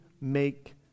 make